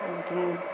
बिदिनो